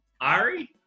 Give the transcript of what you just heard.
Ari